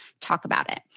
talkaboutit